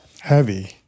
heavy